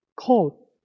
called